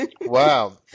Wow